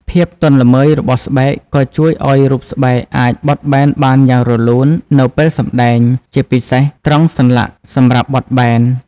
ភាពទន់ល្មើយរបស់ស្បែកក៏ជួយឱ្យរូបស្បែកអាចបត់បែនបានយ៉ាងរលូននៅពេលសម្ដែង ជាពិសេសត្រង់សន្លាក់សម្រាប់បត់បែន។